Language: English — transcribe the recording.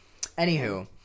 Anywho